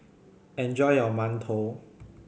enjoy your mantou